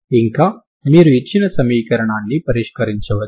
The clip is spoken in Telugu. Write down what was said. ఇంకా మీరు ఇచ్చిన సమీకరణాన్ని పరిష్కరించవచ్చు